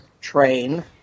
train